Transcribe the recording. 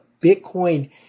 Bitcoin